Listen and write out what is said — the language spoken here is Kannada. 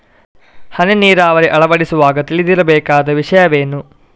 ಹನಿ ನೀರಾವರಿ ಅಳವಡಿಸುವಾಗ ತಿಳಿದಿರಬೇಕಾದ ವಿಷಯವೇನು?